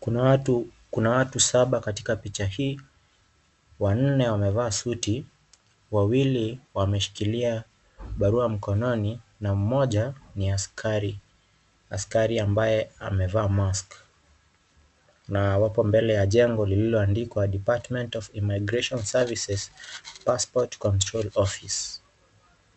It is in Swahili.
Kuna watu, kuna watu saba katika picha hii. Wanne wamevaa suti, wawili wameshikilia barua mkononi na mmoja ni askari. Askari ambaye amevaa mask .Na wapo mbele ya jengo lililo andikwa, Department of Immigration Services, passport control office